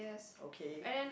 okay